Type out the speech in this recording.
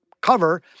cover